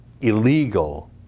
illegal